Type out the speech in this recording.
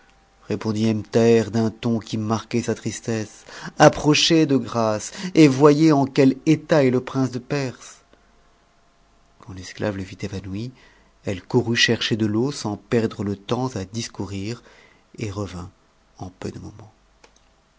répondit ebn thaber d'un ton qui marquait sa tristesse approchez de grâce et voyez en quel état est le prince de perse quand l'esclave le vit évanoui elle courut chercher de l'eau sans perdre le temps à discourir et revint en peu de moments